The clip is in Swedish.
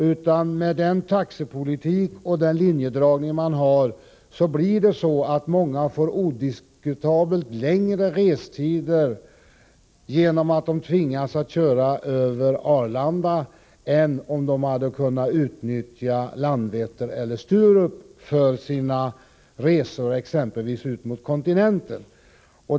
Med nuvarande taxepolitik och linjedragning blir det så att många genom att de tvingas flyga via Arlanda odiskutabelt får längre restider än om de hade kunnat utnyttja Landvetter eller Sturup för sina resor exempelvis till kontinenten.